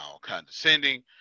condescending